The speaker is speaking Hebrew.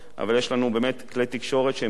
אבל יש לנו באמת כלי תקשורת משובחים,